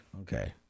Okay